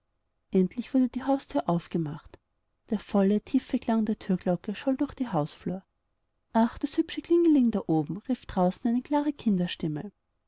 endlich wurde die hausthür aufgemacht der volle tiefe klang der thürglocke scholl durch die hausflur ach das hübsche klingkling da oben rief draußen eine klare kinderstimme